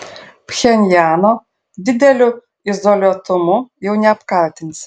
pchenjano dideliu izoliuotumu jau neapkaltinsi